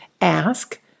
ask